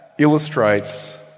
Illustrates